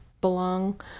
belong